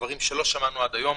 דברים שלא שמענו עד היום.